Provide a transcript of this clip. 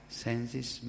senses